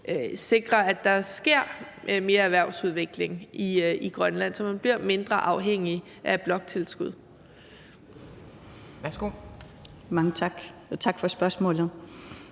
sikre, at der sker mere erhvervsudvikling i Grønland, så man bliver mindre afhængig af bloktilskud.